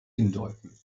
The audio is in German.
hindeuten